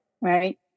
right